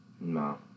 No